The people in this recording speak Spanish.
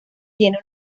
tiene